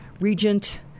Regent